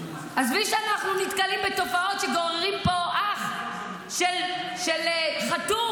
עזבי שאנחנו נתקלים בתופעות שגוררים פה אח של חטוף,